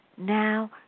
Now